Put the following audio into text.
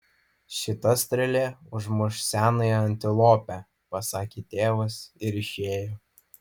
šita strėlė užmuš senąją antilopę pasakė tėvas ir išėjo